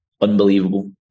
unbelievable